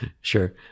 Sure